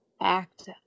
act